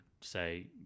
say